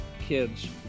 Kids